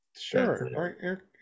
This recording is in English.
sure